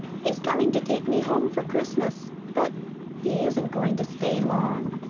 he's coming to take me home for christmas. but he isn't going to stay long.